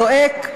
זועק: